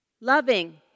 Loving